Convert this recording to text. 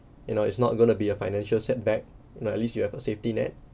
you know it's not going to be a financial setback nah at least you have a safety net